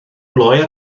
glou